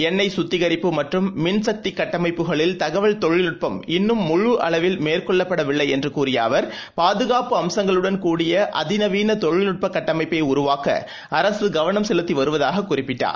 எண்ணெய் குத்திகரிப்பு மற்றும் மின்கக்திகட்டமைப்புகளில் தகவல் தொழில்நுட்பம் இன்னும் முழு மேற்கொள்ளப்படவில்லைஎன்றுகூறியஅவர் அளவில் பாதுகாப்பு அம்சங்களுடன் க்படிய அதிநவீனதொழில்நுட்பகட்டமைப்பைஉருவாக்கஅரசுகவளம் செலுத்திவருவதாககுறிப்பிட்டார்